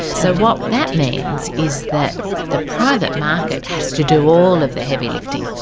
so what that means is that the private market has to do all of the heavy lifting,